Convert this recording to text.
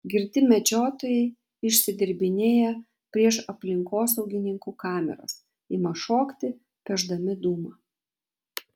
girti medžiotojai išsidirbinėja prieš aplinkosaugininkų kameras ima šokti pešdami dūmą